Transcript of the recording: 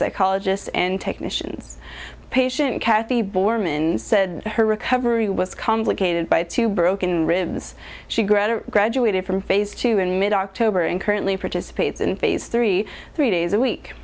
psychologists and technicians patient cathy bormann said her recovery was complicated by two broken ribs she grettir graduated from phase two in mid october and currently participates in phase three three days a week